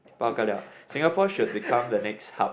Bao Ka Liao Singapore should become the next hub